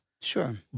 Sure